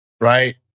right